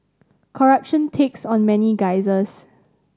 corruption takes on many guises